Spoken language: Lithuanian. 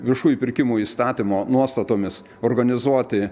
viešųjų pirkimų įstatymo nuostatomis organizuoti